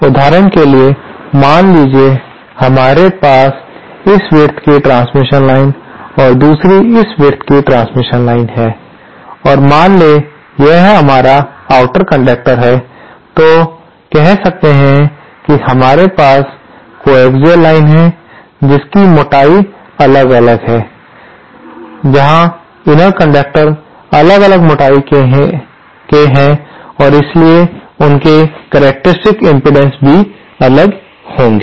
उदाहरण के लिए मान ले कि हमारे पास एक इस विड्थ की ट्रांसमिशन लाइन और दूसरी इस विड्थ की ट्रांसमिशन लाइन है और मान ले यह हमारा आउटर कंडक्टर है तो कह सकते हैं कि हमारे पास कोएक्सिअल लाइन है जिनके मोटाई अलग अलग है जहां इनर कंडक्टर अलग मोटाई के है और इसलिए उनके विशेषता इम्पीडेन्स भी अलग होंगे